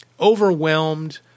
overwhelmed